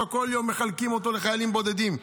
בכל יום ומחלקים אותו לחיילים בודדים.